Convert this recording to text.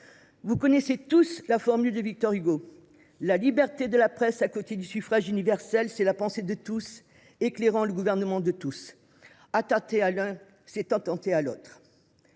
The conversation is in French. Vous connaissez tous la formule de Victor Hugo :« La liberté de la presse à côté du suffrage universel, c’est la pensée de tous éclairant le gouvernement de tous. Attenter à l’une, c’est attenter à l’autre.